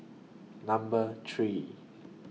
Number three